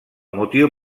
motiu